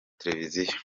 televiziyo